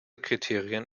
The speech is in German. kriterien